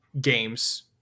games